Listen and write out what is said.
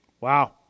Wow